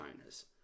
owners